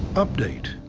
update.